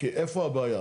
כי איפה הבעיה?